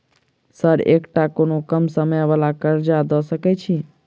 Sir एकटा कोनो कम समय वला कर्जा दऽ सकै छी?